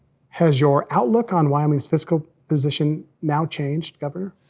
has your outlook on wyoming's fiscal position now changed, governor?